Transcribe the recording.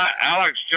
Alex